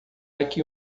aqui